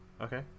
okay